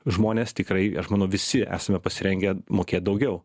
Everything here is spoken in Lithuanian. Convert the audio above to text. žmonės tikrai aš manau visi esame pasirengę mokėt daugiau